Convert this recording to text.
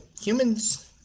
humans